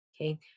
okay